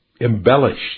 embellished